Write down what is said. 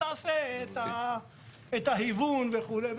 תעשה את ההיוון וכולי,